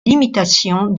limitation